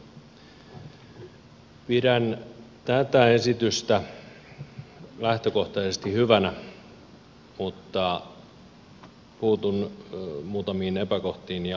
pidän tätä esitystä lähtökohtaisesti hyvänä mutta puutun muutamiin epäkohtiin ja asioihin jotka tarvitsee valiokuntatyöskentelyssä huomioida